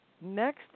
next